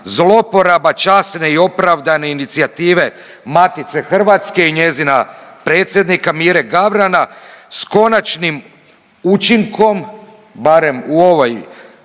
zloporaba časne i opravdane inicijative Matice Hrvatske i njezina predsjednika Mire Gavrana s konačnim učinkom, barem u ovoj